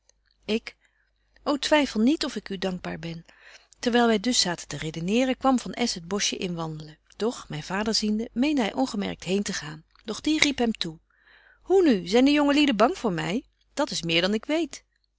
ik ô twyfel niet of ik u dankbaar ben terwyl wy dus zaten te redeneeren kwam van s het boschje inwandelen doch myn vader ziende meende hy ongemerkt heen te gaan doch die riep hem toe hoe nu zyn de jonge lieden bang voor my dat is meer dan ik weet